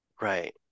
Right